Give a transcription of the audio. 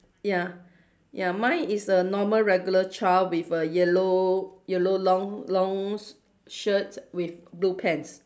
ya ya mine is a normal regular child with a yellow yellow long long s~ shirt with blue pants